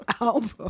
album